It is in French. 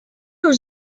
aux